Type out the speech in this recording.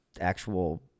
actual